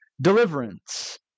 Deliverance